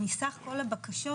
אם מסך כל הבקשות,